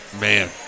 Man